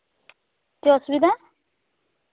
ᱪᱮᱫ ᱚᱥᱩᱵᱤᱫᱷᱟ